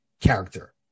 character